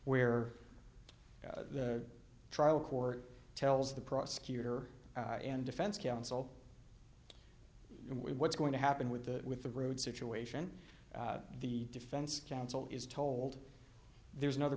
where the trial court tells the prosecutor and defense counsel what's going to happen with the with the rude situation the defense counsel is told there's another